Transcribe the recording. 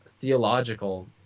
theological